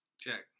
Check